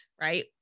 right